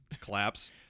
collapse